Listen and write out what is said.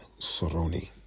Soroni